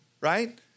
right